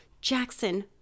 Jackson